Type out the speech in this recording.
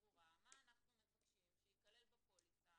ברורה מה אנחנו מבקשים שייכלל בפוליסה,